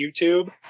YouTube